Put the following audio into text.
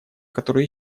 которые